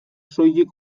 soilik